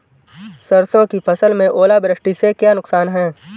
सरसों की फसल में ओलावृष्टि से क्या नुकसान है?